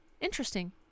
Interesting